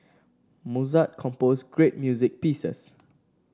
Mozart composed great music pieces